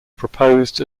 proposed